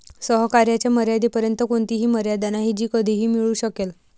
सहकार्याच्या मर्यादेपर्यंत कोणतीही मर्यादा नाही जी कधीही मिळू शकेल